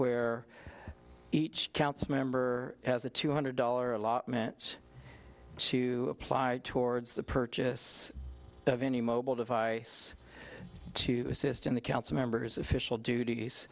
where each council member has a two hundred dollar allotment to apply towards the purchase of any mobile device to assist in the council members official duties